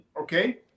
okay